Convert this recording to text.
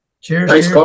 Cheers